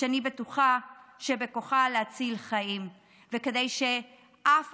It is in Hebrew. שאני בטוחה שבכוחה להציל חיים כדי שאף